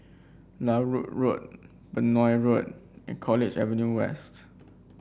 Larut Road Benoi Road and College Avenue West